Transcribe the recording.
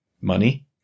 money